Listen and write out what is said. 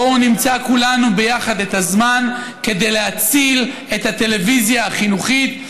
בואו נמצא כולנו ביחד את הזמן כדי להציל את הטלוויזיה החינוכית,